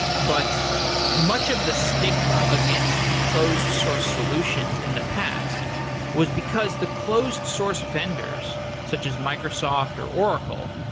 but much of the stigma against closed-source solutions in the past was because the closed-source vendors, such as microsoft, or oracle,